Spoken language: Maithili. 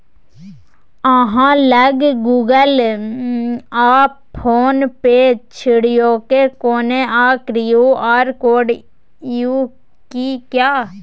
अहाँ लग गुगल आ फोन पे छोड़िकए कोनो आर क्यू.आर कोड यै कि?